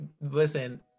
listen